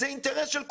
זה אינטרס של כולם,